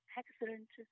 excellent